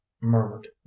murmured